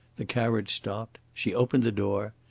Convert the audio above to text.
the carriage stopped. she opened the door.